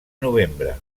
novembre